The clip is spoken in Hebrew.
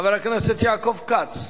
חבר הכנסת יעקב כץ.